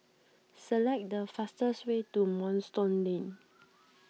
select the fastest way to Moonstone Lane